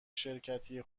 شرکتی